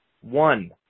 One